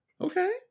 okay